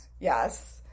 Yes